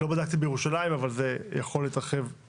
לא בדקתי בירושלים אבל זה יכול להתרחב.